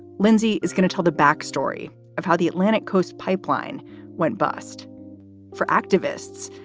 lindsey is going to tell the backstory of how the atlantic coast pipeline went bust for activists.